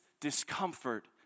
discomfort